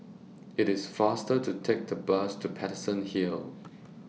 IT IS faster to Take The Bus to Paterson Hill